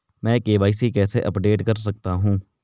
मैं के.वाई.सी कैसे अपडेट कर सकता हूं?